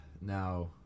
now